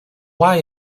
why